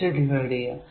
വച്ച് ഡിവൈഡ് ചെയ്യുക